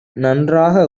நன்றாக